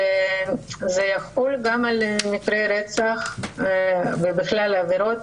שזה יחול גם על מקרי רצח ובכלל עבירות,